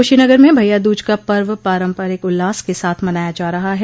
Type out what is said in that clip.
कुशीनगर में भइया दूज का पर्व पारम्परिक उल्लास के साथ मनाया जा रहा है